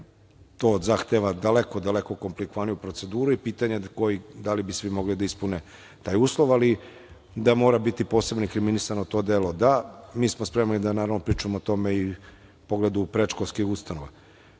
To zahteva daleko, daleko komplikovaniju proceduru i pitanje je da li bi svi mogli da ispne taj uslov, ali da mora biti posebno inkriminisano to delo - da. Mi smo spremni da pričamo o tome i u pogledu predškolskih ustanova.U